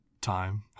time